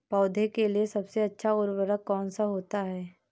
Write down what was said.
पौधे के लिए सबसे अच्छा उर्वरक कौन सा होता है?